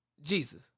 Jesus